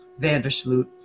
Vandersloot